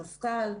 מפכ"ל,